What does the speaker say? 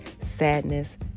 sadness